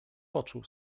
poczuł